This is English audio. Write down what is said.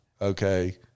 okay